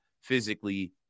physically